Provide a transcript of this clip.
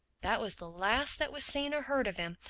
that was the last that was seen or heard of him.